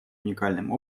уникальным